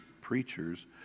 preachers